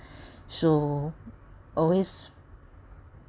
so always